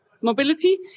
mobility